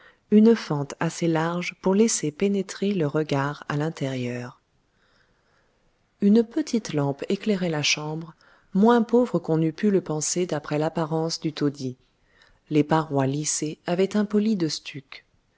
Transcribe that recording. une fente assez large pour laisser pénétrer le regard à l'intérieur une petite lampe éclairait la chambre moins pauvre qu'on n'eût pu le penser d'après l'apparence du taudis les parois lissées avaient un poli de